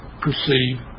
perceive